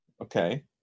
Okay